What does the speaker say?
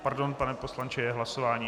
Pardon, pane poslanče, je hlasování.